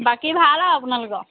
বাকী ভাল আৰু আপোনালোকৰ